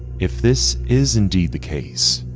if this is indeed the case,